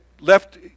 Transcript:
left